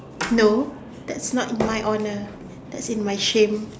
no that's not in my honour that's in my shame